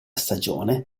stagione